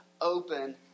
open